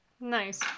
Nice